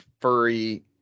furry